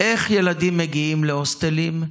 איך ילדים מגיעים להוסטלים,